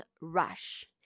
rush